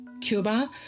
Cuba